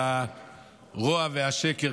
על הרוע והשקר,